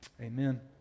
Amen